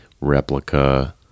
replica